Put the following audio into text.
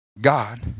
God